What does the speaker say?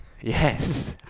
Yes